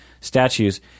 statues